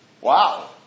Wow